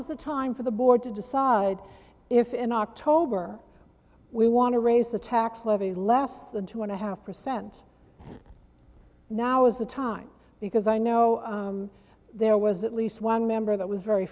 now's the time for the board to decide if in october we want to raise the tax levy less than two and a half percent now is the time because i know there was at least one member that was very